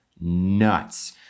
nuts